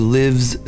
lives